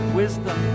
wisdom